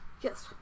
Yes